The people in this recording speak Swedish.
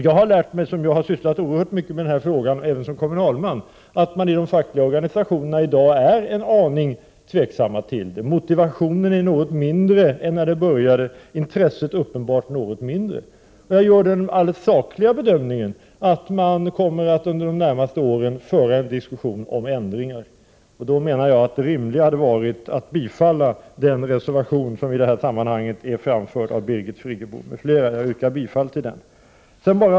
Jag har lärt mig, eftersom jag sysslat oerhört mycket med denna fråga även som kommunalpolitiker, att man i de fackliga organisationerna i dag är en aning tveksam. Motivationen är något mindre än den var när diskussionerna började, och intresset är uppenbart något mindre. Jag gör den rent sakliga bedömningen att man under de närmaste åren kommer att föra en diskussion om ändringar. Då menar jag att det rimliga hade varit att biträda den reservation som i detta sammanhang är avgiven av Birgit Friggebo m.fl., och jag yrkar bifall till den.